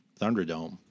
Thunderdome